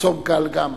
צום קל גם.